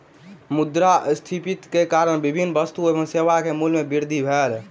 मुद्रास्फीति के कारण विभिन्न वस्तु एवं सेवा के मूल्य में वृद्धि भेल